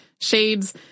shades